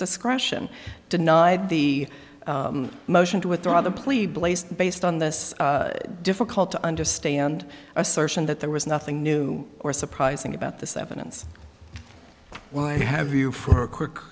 discretion denied the motion to withdraw the plea blazed based on this difficult to understand assertion that there was nothing new or surprising about this evidence why have you for a quick